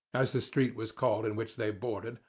as the street was called in which they boarded,